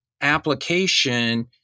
application